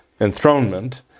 enthronement